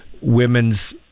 women's